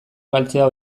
galtzea